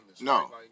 No